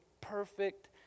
perfect